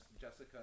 Jessica